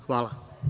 Hvala.